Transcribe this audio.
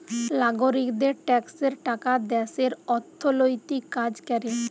লাগরিকদের ট্যাক্সের টাকা দ্যাশের অথ্থলৈতিক কাজ ক্যরে